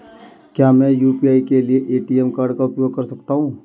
क्या मैं यू.पी.आई के लिए ए.टी.एम कार्ड का उपयोग कर सकता हूँ?